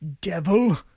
devil